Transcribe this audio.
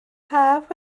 haf